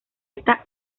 esta